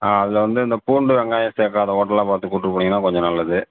ஆ அதில் வந்து இந்த பூண்டு வெங்காயம் சேர்க்காத ஹோட்டலாக பார்த்து கூப்பிட்டு போனீங்கன்னால் கொஞ்சம் நல்லது